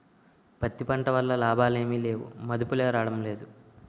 పత్తి పంట వల్ల లాభాలేమి లేవుమదుపులే రాడంలేదు